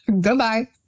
goodbye